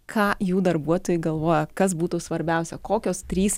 ką jų darbuotojai galvoja kas būtų svarbiausia kokios trys